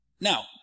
Now